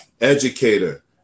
educator